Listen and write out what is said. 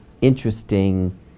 interesting